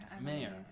mayor